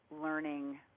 learning